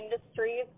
industries